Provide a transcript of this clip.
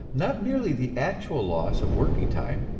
not merely the actual loss of working time,